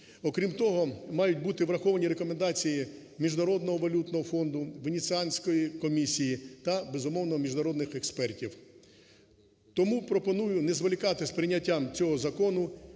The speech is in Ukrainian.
Окрім того, мають бути враховані рекомендації Міжнародного валютного фонду, Венеціанської комісії та, безумовно, міжнародних експертів. Тому пропоную не зволікати з прийняттям цього закону